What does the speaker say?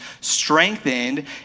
strengthened